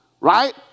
Right